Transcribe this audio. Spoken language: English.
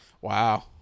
Wow